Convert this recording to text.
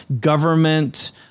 government